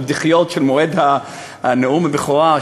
של דחיית מועד נאום הבכורה,